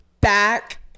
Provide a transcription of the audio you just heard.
back